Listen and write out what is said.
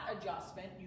adjustment